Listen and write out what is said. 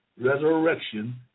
resurrection